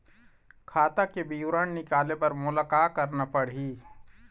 खाता के विवरण निकाले बर मोला का करना पड़ही?